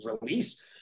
release